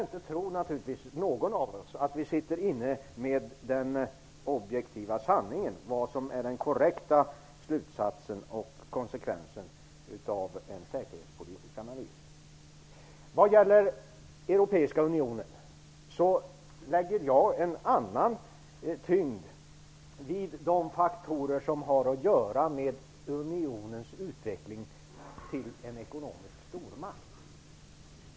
Ingen av oss skall tro att vi sitter inne med den objektiva sanningen om vad som är den korrekta slutsatsen när det gäller konsekvenserna av den säkerhetspolitiska analysen. Vad gäller den europeiska unionen lägger jag en annan tyngd än Göran Lennmarker vid de faktorer som har att göra med unionens utveckling till en ekonomisk stormakt.